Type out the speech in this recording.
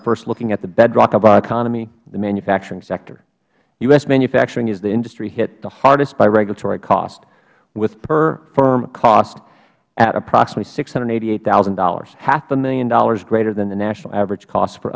first looking at the bedrock of our economy the manufacturing sector u s manufacturing is the industry hit the hardest by regulatory costs with perfirm costs at approximately six hundred and eighty eight thousand dollars halfamillion dollars greater than the national average cost for